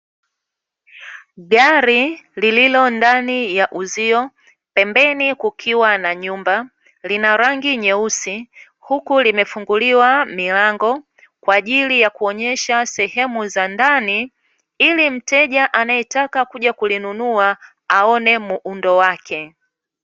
Gari lililondani ya uzio, pembeni kukiwa na nyumba, lina rangi nyeusi, huku limefunguliwa milango, kwa ajili ya kuonyesha sehemu za ndani, ili mteja anayetaka kuja kulinunua aone muundo wake.